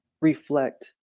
reflect